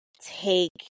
take